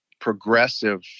progressive